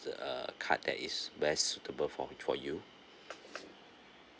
uh cards that is best suitable for for you